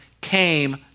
came